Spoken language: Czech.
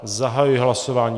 Zahajuji hlasování.